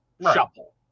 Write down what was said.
shuffle